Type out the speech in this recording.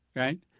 right.